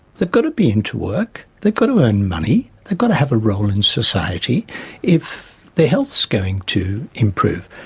they've got to be into work, they've got to earn money, they've got to have a role in society if their health is going to improve.